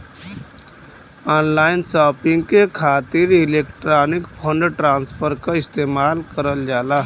online shopping के खातिर electronic fund transfer क इस्तेमाल करल जाला